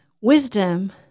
wisdom